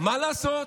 מה לעשות,